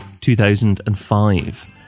2005